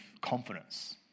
confidence